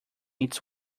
its